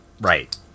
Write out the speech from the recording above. Right